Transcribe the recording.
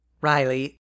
Riley